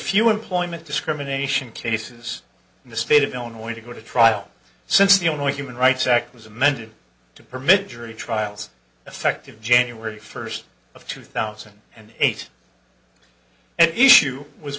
few employment discrimination cases in the state of illinois to go to trial since the only human rights act was amended to permit jury trials effective january first of two thousand and eight and issue was